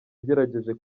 ugerageje